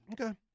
Okay